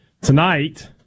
tonight